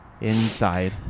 inside